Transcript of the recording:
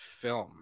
film